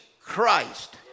Christ